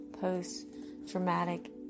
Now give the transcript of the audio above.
post-traumatic